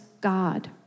God